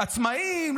עצמאים,